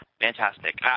Fantastic